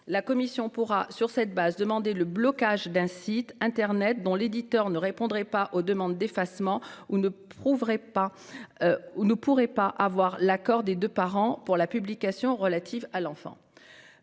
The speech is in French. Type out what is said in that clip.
La Cnil pourrait sur cette base demander le blocage d'un site internet dont l'éditeur ne répondrait pas aux demandes d'effacement ou ne prouverait pas avoir l'accord des deux parents pour la publication relative à l'enfant.